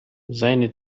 seine